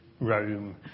Rome